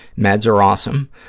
meds are awesome.